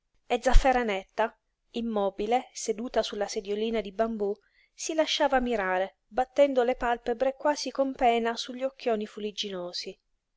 e zafferanetta immobile seduta su la sediolina di bambú si lasciava mirare battendo le pàlpebre quasi con pena su gli occhioni fuligginosi